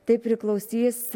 tai priklausys